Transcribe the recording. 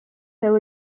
hill